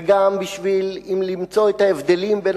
וגם אם בשביל למצוא את ההבדלים בין